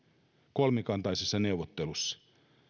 kolmikantaisessa neuvottelussa